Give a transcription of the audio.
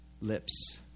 lips